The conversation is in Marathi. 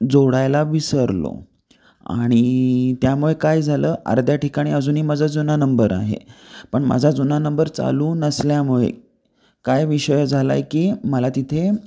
जोडायला विसरलो आणि त्यामुळे काय झालं अर्ध्या ठिकाणी अजूनही माझा जुना नंबर आहे पण माझा जुना नंबर चालू नसल्यामुळे काय विषय झाला आहे की मला तिथे